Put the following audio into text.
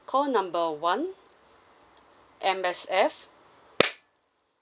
call number one M_S_F